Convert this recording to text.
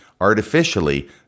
artificially